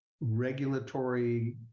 regulatory